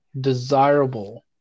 desirable